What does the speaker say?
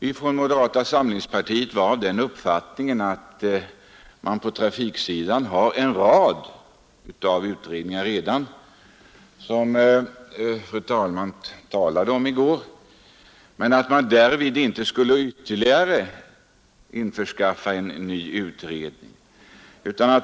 I moderata samlingspartiet hade vi den uppfattningen att man på trafiksidan redan har en rad utredningar — som också fru andre vice talmannen talade om i går — och att man därför inte borde skaffa ytterligare en utredning.